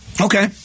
Okay